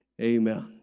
Amen